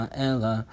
Ella